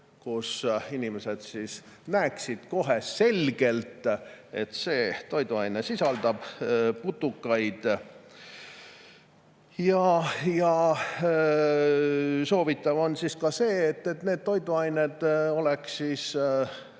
kust inimesed näeksid kohe selgelt, et toiduaine sisaldab putukaid. Soovitav on ka see, et need toiduained oleksid